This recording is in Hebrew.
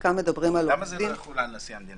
למה הוא לא יחול על נשיא המדינה?